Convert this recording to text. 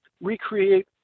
recreate